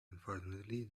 unfortunately